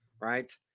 right